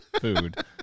food